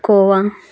khoa